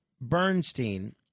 Bernstein